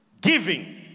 Giving